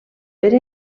per